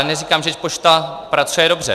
Neříkám, že pošta pracuje dobře.